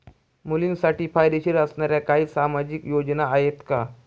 मुलींसाठी फायदेशीर असणाऱ्या काही सामाजिक योजना आहेत का?